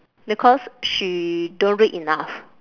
because she don't read enough